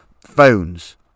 phones